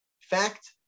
fact